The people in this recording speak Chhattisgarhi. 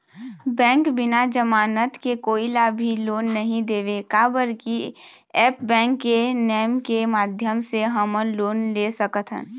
बैंक बिना जमानत के कोई ला भी लोन नहीं देवे का बर की ऐप बैंक के नेम के माध्यम से हमन लोन ले सकथन?